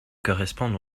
correspondent